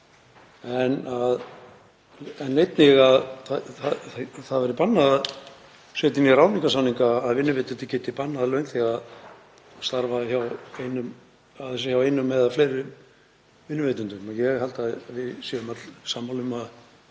en einnig að bannað verði að setja inn í ráðningarsamninga að vinnuveitandi geti bannað launþega að starfa hjá einum eða fleiri vinnuveitendum. Ég held að við séum öll sammála um að